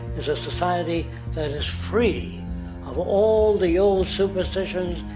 is a society that is free of all the old superstitions,